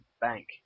bank